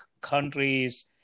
countries